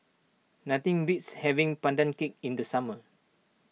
nothing beats having Pandan Cake in the summer